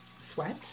sweat